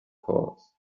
course